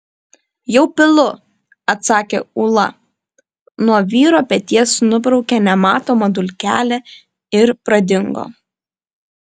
jau pilu atsakė ūla nuo vyro peties nubraukė nematomą dulkelę ir pradingo